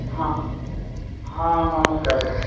ହଁ ହଁ ନମସ୍କାର